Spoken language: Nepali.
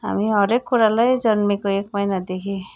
हामी हरेक कुरालाई जन्मेको एक महिनादेखि